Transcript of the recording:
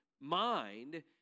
mind